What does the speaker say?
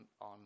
on